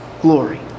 glory